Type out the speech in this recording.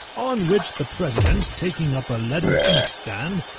on which the president, taking up a leaden inkstand,